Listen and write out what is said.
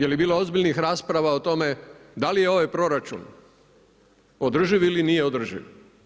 Jeli bilo ozbiljnih rasprava o tome da li je ovaj proračun održiv ili nije održiv?